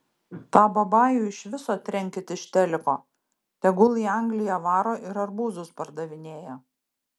tą babajų iš viso trenkit iš teliko tegul į angliją varo ir arbūzus pardavinėja